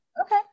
Okay